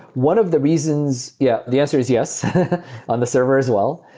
one of the reasons yeah the answer is yes on the server as well.